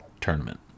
tournament